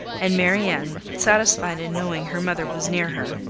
and marianne, satisfied in knowing her mother was near her,